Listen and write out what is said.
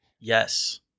Yes